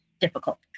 difficult